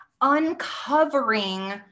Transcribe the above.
uncovering